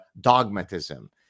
dogmatism